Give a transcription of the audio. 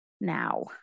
now